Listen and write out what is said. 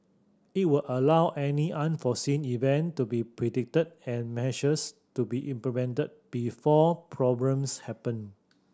it will allow any unforeseen event to be predicted and measures to be implemented before problems happen